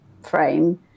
frame